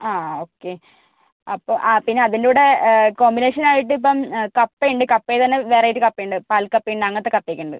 ആ ഓക്കെ അപ്പം ആ പിന്ന അതിന്റെകൂടെ കോമ്പിനേഷനായിട്ട് ഇപ്പം കപ്പ ഉണ്ട് കപ്പയെത്തന്നെ വെറൈറ്റി കപ്പ ഉണ്ട് പാൽ കപ്പ ഉണ്ട് അങ്ങനത്തെ കപ്പയൊക്കെ ഉണ്ട്